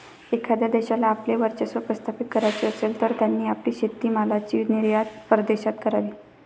एखाद्या देशाला आपले वर्चस्व प्रस्थापित करायचे असेल, तर त्यांनी आपली शेतीमालाची निर्यात परदेशात करावी